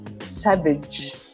savage